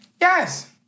Yes